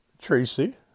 Tracy